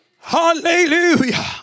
Hallelujah